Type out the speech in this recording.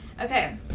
Okay